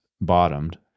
bottomed